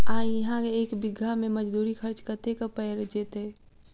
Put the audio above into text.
आ इहा एक बीघा मे मजदूरी खर्च कतेक पएर जेतय?